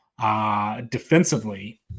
Defensively